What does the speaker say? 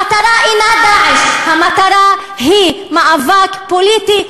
המטרה אינה "דאעש"; המטרה היא מאבק פוליטי